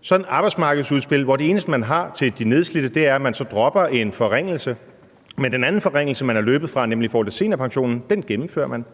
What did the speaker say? så et arbejdsmarkedsudspil, hvor det eneste, man har til de nedslidte, er, at man så dropper en forringelse, men den anden forringelse, man er løbet fra, nemlig i forhold til seniorpensionen, gennemfører man.